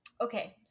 Okay